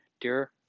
dear